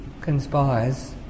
conspires